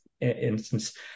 instance